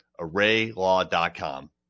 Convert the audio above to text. ArrayLaw.com